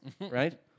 Right